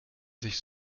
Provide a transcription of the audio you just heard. sich